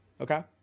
Okay